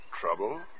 Trouble